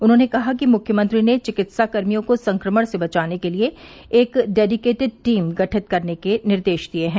उन्होंने कहा कि मुख्यमंत्री ने चिकित्सा कर्मियों को संक्रमण से बचाने के लिये एक डेडीकेटेड टीम गठित करने के निर्देश दिए हैं